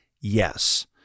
Yes